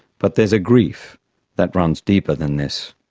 but there's a grief that runs deeper than this.